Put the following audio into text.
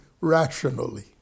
rationally